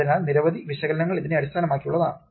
അതിനാൽ നിരവധി വിശകലനങ്ങൾ ഇതിനെ അടിസ്ഥാനമാക്കിയുള്ളതാണ്